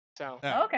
Okay